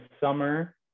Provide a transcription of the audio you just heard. summer